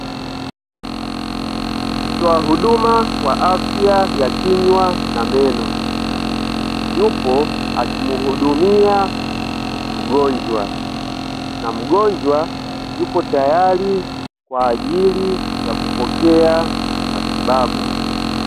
Mtoa huduma wa afya ya kinywa na meno yupo akimuhudumia mgonjwa, na mgonjwa yupo tayari kwa ajili ya kupokea matibabu.